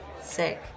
Sick